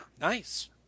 Nice